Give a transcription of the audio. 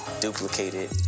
duplicated